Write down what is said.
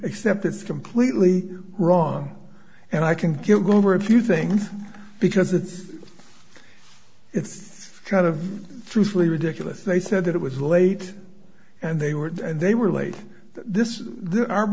except it's completely wrong and i can kill go over a few things because it's it's kind of truthfully ridiculous they said that it was late and they were and they were l